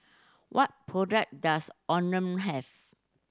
what product does Omron have